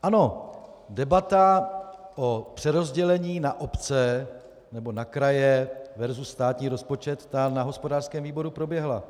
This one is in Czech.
Ano, debata o přerozdělení na obce nebo na kraje versus státní rozpočet, ta na hospodářském výboru proběhla.